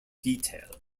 detail